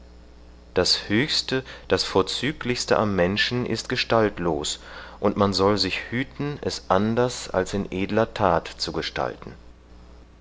das höchste das vorzüglichste am menschen ist gestaltlos und man soll sich hüten es anders als in edler tat zu gestalten